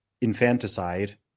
infanticide